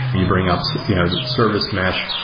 you bring ups service mesh,